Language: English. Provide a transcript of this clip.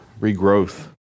regrowth